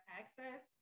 access